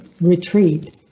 retreat